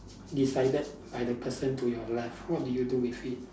decided by the person to your left what do you do with it